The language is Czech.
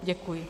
Děkuji.